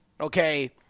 Okay